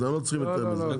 אתם לא צריכים יותר מזה.